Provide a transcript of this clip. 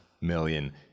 million